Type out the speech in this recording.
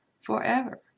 forever